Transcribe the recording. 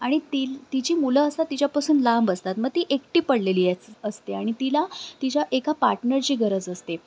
आणि तिला तिची मुलं असतात तिच्यापासून लांब असतात मग ती एकटी पडलेली असते आणि तिला तिच्या एका पार्टनरची गरज असते